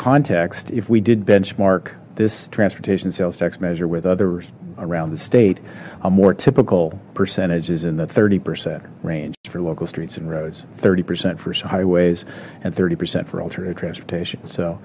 context if we did benchmark this transportation sales tax measure with others around the state a more typical percentages in the thirty percent range for local streets and roads thirty percent for highways and thirty percent for alternative transportation so